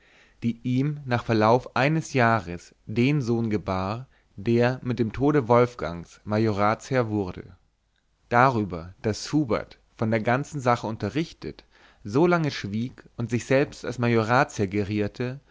die ihm nach verlauf eines jahres den sohn gebar der mit dem tode wolfgangs majoratsherr wurde darüber daß hubert von der ganzen sache unterrichtet so lange schwieg und sich selbst als